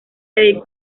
dedicó